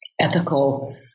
ethical